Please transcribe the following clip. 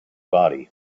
body